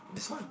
this one